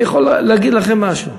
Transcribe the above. אני יכול להגיד לכם משהו.